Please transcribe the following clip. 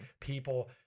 people